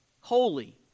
holy